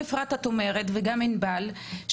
אפרת וענבל, אתן אומרות